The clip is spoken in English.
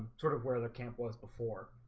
sort of where the camp was before